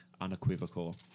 unequivocal